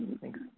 Thanks